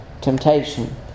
temptation